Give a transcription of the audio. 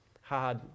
hard